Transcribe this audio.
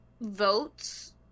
votes